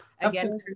Again